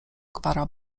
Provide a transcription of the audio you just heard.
gwara